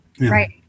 Right